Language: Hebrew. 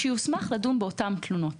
שיוסמך לדון באותן תלונות.